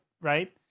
right